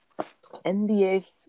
NBA